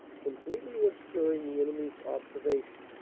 completely obscuring the enemy s observation.